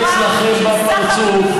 זה התנפץ לכם בפרצוף.